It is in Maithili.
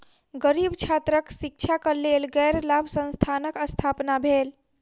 गरीब छात्रक शिक्षाक लेल गैर लाभ संस्थानक स्थापना भेल